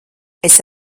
esi